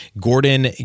Gordon